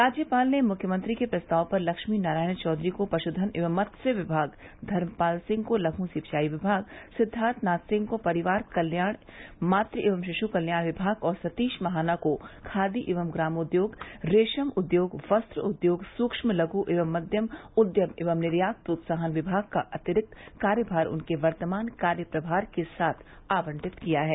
राज्यपाल ने मुख्यमंत्री के प्रस्ताव पर लक्ष्मी नारायण चौधरी को पशुधन एवं मत्स्य विभाग धर्मपाल सिंह को लपु सिंचाई विभाग सिद्वार्थ नाथ सिंह को परिवार कल्याण मातृ एवं शियु कल्याण विभाग और सतीश महाना को खादी एवं ग्रामोदोग रेशम उद्योग वस्त्र उद्योग सूक्म लघु एवं मध्यम उद्यम एवं निर्यात प्रोत्साहन विभाग का अतिरिक्त कार्यप्रभार उनके वर्तमान कार्य प्रभार के साथ आवंटित किया है